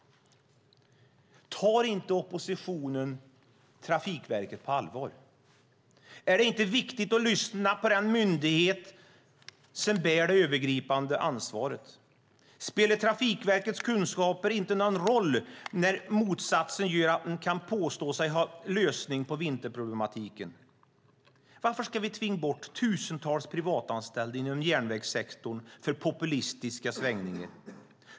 Tar inte oppositionen Trafikverket på allvar? Är det inte viktigt att lyssna på den myndighet som bär det övergripande ansvaret? Spelar inte Trafikverkets kunskaper någon roll när motsatsen gör att man kan påstå sig ha lösningen på vinterproblematiken? Varför ska vi tvinga bort tusentals privatanställda inom järnvägssektorn för populistiska svängningar?